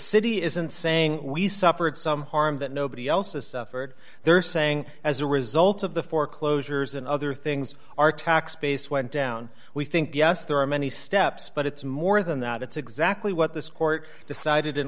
city isn't saying we suffered some harm that nobody else has suffered they're saying as a result of the foreclosures and other things our tax base went down we think yes there are many steps but it's more than that it's exactly what this court decided in